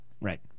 Right